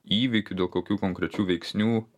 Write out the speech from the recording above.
įvykių dėl kokių konkrečių veiksnių